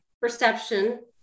perception